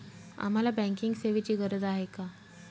आम्हाला बँकिंग सेवेची गरज का आहे?